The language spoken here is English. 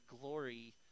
glory